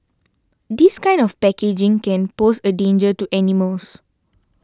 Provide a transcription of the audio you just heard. this kind of packaging can pose a danger to animals